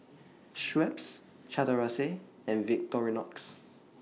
Schweppes Chateraise and Victorinox